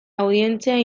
audientzia